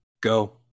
go